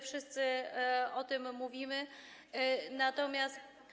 Wszyscy o tym mówimy, natomiast.